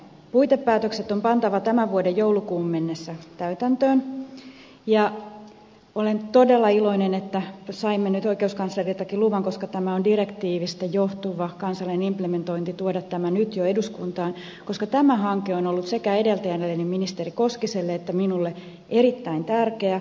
puitepäätökset on pantava tämän vuoden joulukuuhun mennessä täytäntöön ja olen todella iloinen että saimme nyt oikeuskansleriltakin luvan tämä on direktiivistä johtuva kansallinen implementointi tuoda tämän nyt jo eduskuntaan koska tämä hanke on ollut sekä edeltäjälleni ministeri koskiselle että minulle erittäin tärkeä